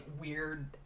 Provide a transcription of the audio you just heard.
weird